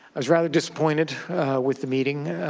i was rather disappointed with the meeting